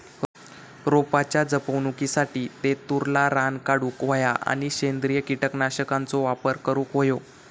रोपाच्या जपणुकीसाठी तेतुरला रान काढूक होया आणि सेंद्रिय कीटकनाशकांचो वापर करुक होयो